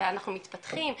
ואנחנו מתפתחים,